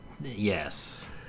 Yes